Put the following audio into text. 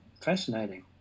fascinating